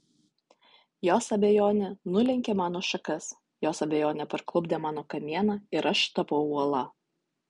jos abejonė nulenkė mano šakas jos abejonė parklupdė mano kamieną ir aš tapau uola